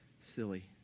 silly